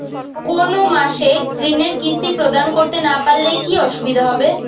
কোনো মাসে ঋণের কিস্তি প্রদান করতে না পারলে কি অসুবিধা হবে?